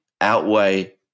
outweigh